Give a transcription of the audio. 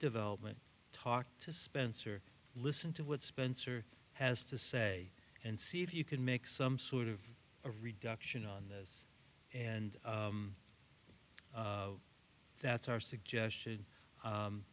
development talk to spencer listen to what spencer has to say and see if you can make some sort of a reduction on this and that's our suggestion